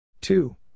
Two